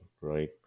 Right